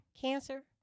Cancer